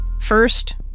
First